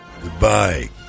Goodbye